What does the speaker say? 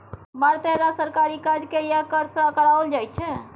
मारिते रास सरकारी काजकेँ यैह कर सँ कराओल जाइत छै